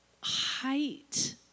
height